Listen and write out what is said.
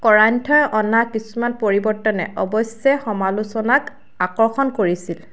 কৰান্থই অনা কিছুমান পৰিৱৰ্তনে অৱশ্যে সমালোচনাক আকৰ্ষণ কৰিছিল